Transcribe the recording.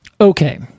Okay